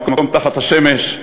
"מקום תחת השמש",